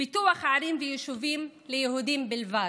על פיתוח ערים ויישובים ליהודים בלבד.